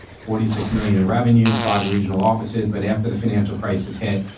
forty six million in revenues, five regional offices. but after the financial crisis hit,